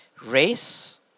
race